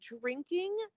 drinking